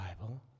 Bible